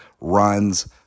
runs